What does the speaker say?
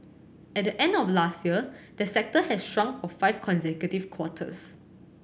at the end of last year the sector had shrunk of five consecutive quarters